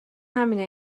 همینه